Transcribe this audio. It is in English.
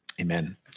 Amen